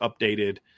updated